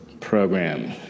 Program